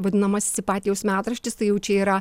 vadinamasis ipatijaus metraštis tai jau čia yra